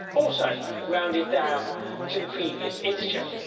also rounded down to the previous integer.